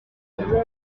montagne